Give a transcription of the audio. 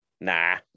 Nah